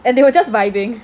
and they were just vibing